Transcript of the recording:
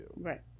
Right